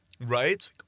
Right